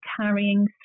carrying